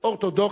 אורתודוקסי,